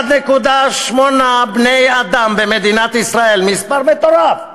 1.8 בני-אדם במדינת ישראל מספר מטורף.